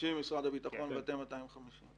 50 מיליון ממשרד הביטחון, ואתם 250 מיליון?